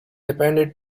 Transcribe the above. appended